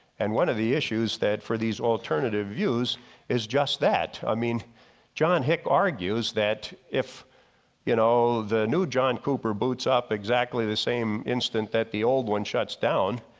and one of the issues that for these alternative views is just that. i mean john hick argues that if you know the new john cooper boots up exactly the same instant that the old one shuts down,